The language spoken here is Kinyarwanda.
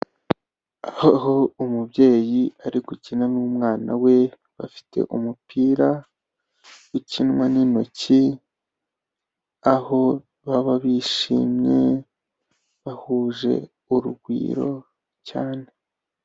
Aho umubyeyi ari gukina n'umwana we, bafite umupira ukinwa n'intoki, aho baba bishimye, bahuje urugwiro cyane.